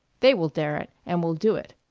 they will dare it, and will do it.